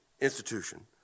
institution